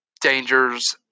dangers